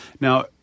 Now